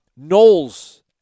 Knowles